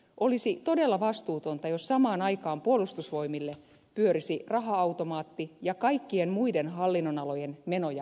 olisi todella vastuutonta jos samaan aikaan puolustusvoimille pyörisi raha automaatti ja kaikkien muiden hallinnonalojen menoja leikattaisiin